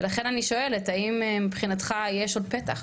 ולכן אני שואלת האם מבחינתך יש עוד פתח?